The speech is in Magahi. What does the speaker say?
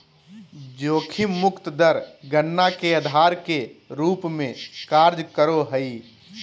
जोखिम मुक्त दर गणना के आधार के रूप में कार्य करो हइ